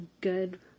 good